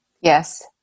Yes